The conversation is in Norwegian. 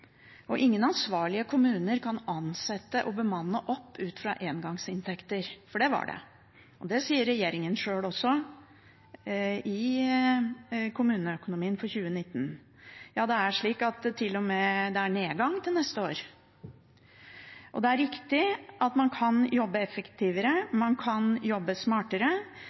Ingen ansvarlige kommuner kan ansette og bemanne opp ut fra engangsinntekter, for det var det. Det sier regjeringen sjøl også om kommuneøkonomien for 2019. Ja, det vil til og med bli en nedgang til neste år. Det er riktig at man kan jobbe